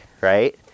Right